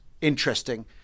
interesting